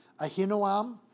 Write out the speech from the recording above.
Ahinoam